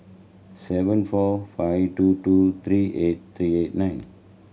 seven four five two two three eight three eight nine